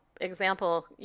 example